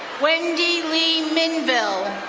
wendy lee minville,